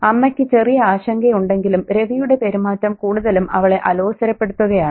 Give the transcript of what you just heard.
അമ്മയ്ക്ക് ചെറിയ ആശങ്കയുണ്ടെങ്കിലും രവിയുടെ പെരുമാറ്റം കൂടുതലും അവളെ അലോസരപ്പെടുത്തുകയാണ്